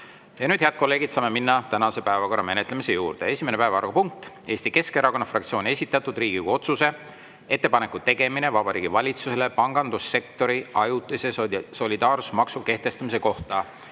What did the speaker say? Ja nüüd, head kolleegid, saame minna tänase päevakorra menetlemise juurde. Esimene päevakorrapunkt: Eesti Keskerakonna fraktsiooni esitatud Riigikogu otsuse "Ettepaneku tegemine Vabariigi Valitsusele pangandussektori ajutise solidaarsusmaksu kehtestamise kohta"